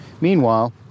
Meanwhile